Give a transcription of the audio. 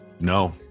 No